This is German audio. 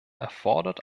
erfordert